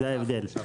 זה ההבדל.